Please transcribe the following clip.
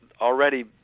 already